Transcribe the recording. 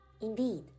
Indeed